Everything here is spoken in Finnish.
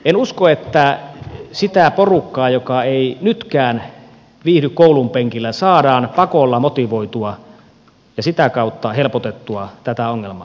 en usko että sitä porukkaa joka ei nytkään viihdy koulunpenkillä saadaan pakolla motivoitua ja että sitä kautta saadaan helpotettua tätä ongelmaa